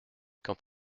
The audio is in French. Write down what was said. quand